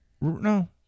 No